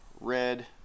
red